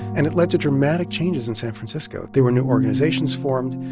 and it led to dramatic changes in san francisco. there were new organizations formed.